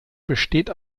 besteht